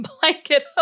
blanket